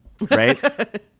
right